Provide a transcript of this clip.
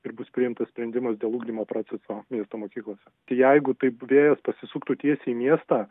ir bus priimtas sprendimas dėl ugdymo proceso miesto mokyklose jeigu taip vėjas pasisuktų tiesiai į miestą